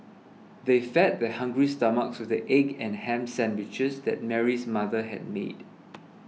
they fed their hungry stomachs with the egg and ham sandwiches that Mary's mother had made